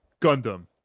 Gundam